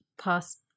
past